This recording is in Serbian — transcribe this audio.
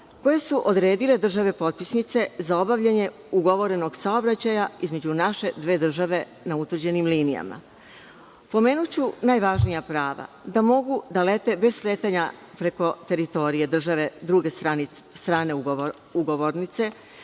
koje su odredila države potpisnice za obavljanje ugovorenog saobraćaja između naše dve države na utvrđenim linijama. Pomenuću najvažnija prava - da mogu da lete bez sletanja preko teritorije države druge strane ugovornice,